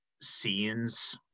scenes